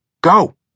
go